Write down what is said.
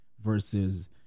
versus